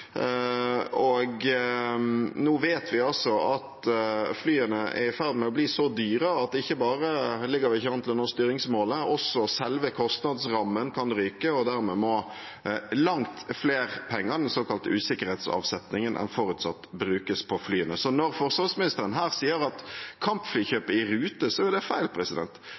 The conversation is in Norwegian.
og nå vet vi at flyene er i ferd med å bli så dyre at ikke bare ligger vi ikke an til å nå styringsmålet – også selve kostnadsrammen kan ryke. Dermed må langt mer penger, den såkalte usikkerhetsavsetningen, enn forutsatt brukes på flyene. Så når forsvarsministeren her sier at kampflykjøpet er i rute, er det feil.